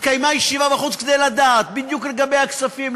התקיימה ישיבה בחוץ כדי לדעת בדיוק לגבי הכספים,